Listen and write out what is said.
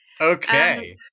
Okay